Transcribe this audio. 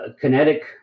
Kinetic